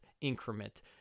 increment